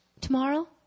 tomorrow